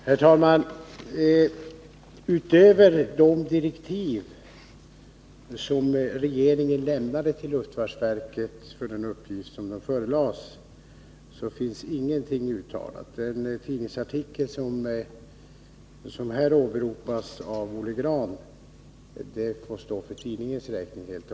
Herr talman! Utöver de direktiv som regeringen lämnade till luftfartsverket för den uppgift det förelades finns ingenting uttalat. Den tidningsartikel som här åberopas av Olle Grahn får helt och hållet stå för tidningens Om nomineringarräkning.